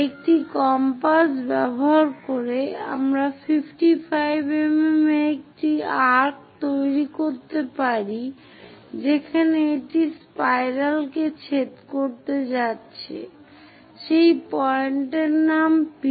একটি কম্পাস ব্যবহার করে আমরা 55 mm এ একটি আর্ক তৈরি করতে পারি যেখানে এটি স্পাইরাল কে ছেদ করতে যাচ্ছে সেই পয়েন্টের নাম P